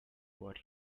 what